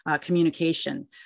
communication